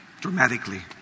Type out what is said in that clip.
dramatically